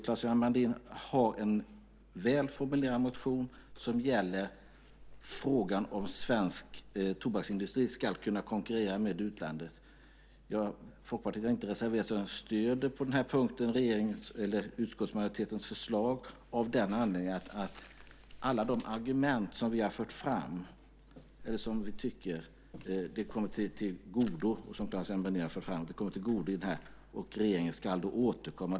Claes-Göran Brandin har en väl formulerad motion som gäller frågan om svensk tobaksindustri ska kunna konkurrera med utlandet. Folkpartiet har inte reserverat sig utan stöder på den här punkten utskottsmajoritetens förslag av den anledningen att alla våra argument kommer, som Claes-Göran Brandin för fram, till godo i detta. Regeringen ska återkomma.